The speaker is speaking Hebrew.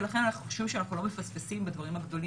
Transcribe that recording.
ולכן היה לנו חשוב שאנחנו לא מפספסים בדברים הגדולים,